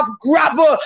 gravel